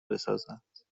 بسازند